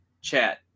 chat